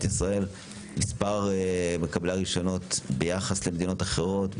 ישראל שמספר מקבלי הרישיונות ביחס למדינות אחרות,